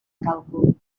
càlcul